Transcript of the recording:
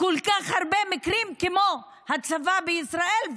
כל כך הרבה מקרים כמו הצבא בישראל.